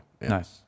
Nice